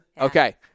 okay